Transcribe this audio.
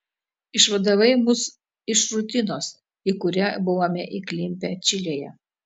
išvadavai mus iš rutinos į kurią buvome įklimpę čilėje